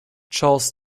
charles